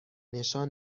نشان